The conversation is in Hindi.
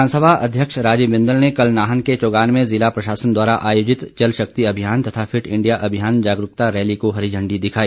विधानसभा अध्यक्ष राजीव बिंदल ने कल नाहन के चौगान में जिला प्रशासन द्वारा आयोजित जल शक्ति अभियान तथा फिट इंडिया अभियान जागरूकता रैली को हरी झंडी दिखाई